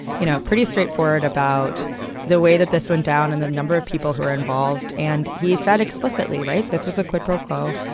you know, pretty straightforward about the way that this went down and the number of people who are involved. and he said explicitly, right. this was a quid pro quo.